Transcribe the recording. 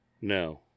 No